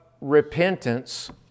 repentance